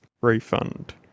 refund